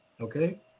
Okay